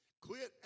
Quit